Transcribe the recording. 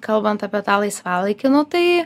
kalbant apie tą laisvalaikį nu tai